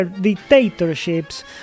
dictatorships